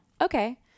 Okay